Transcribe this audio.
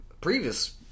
previous